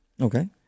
Okay